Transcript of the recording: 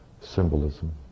symbolism